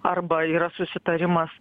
arba yra susitarimas